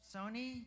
Sony